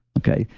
okay.